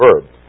verb